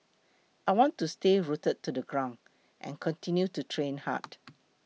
I want to stay rooted to the ground and continue to train hard